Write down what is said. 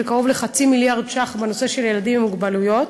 של קרוב לחצי מיליארד שקלים בנושא של ילדים עם מוגבלויות.